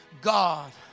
God